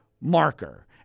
marker